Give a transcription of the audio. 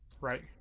Right